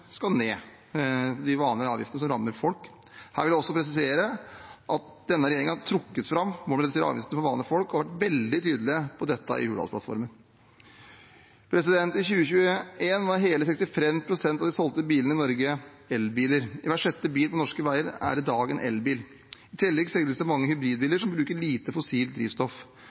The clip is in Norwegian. skal ned – de vanlige avgiftene som rammer folk. Her vil jeg også presisere at denne regjeringen har trukket fram målet med å redusere avgiftsnivået for vanlige folk og har vært veldig tydelig på dette i Hurdalsplattformen. I 2021 var hele 65 pst. av de solgte bilene i Norge elbiler. Hver sjette bil på norske veier er i dag en elbil. I tillegg selges det mange hybridbiler som bruker lite fossilt drivstoff.